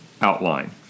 outline